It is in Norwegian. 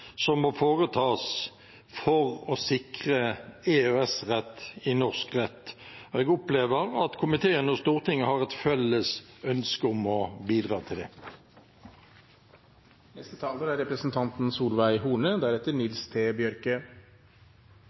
som må foretas for å sikre EØS-rett i norsk rett. Jeg opplever at komiteen og Stortinget har et felles ønske om å bidra til det. Jeg vil takke statsråden for en grundig redegjørelse om en utredning som er